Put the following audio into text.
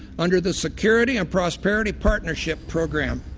under the security and prosperity partnership program.